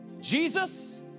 Jesus